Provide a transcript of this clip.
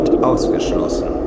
ausgeschlossen